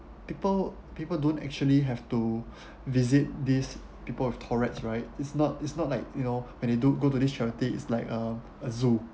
people people don't actually have to visit these people with tourettes right it's not it's not like you know when they don't go to this charity is like uh a zoo